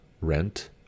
rent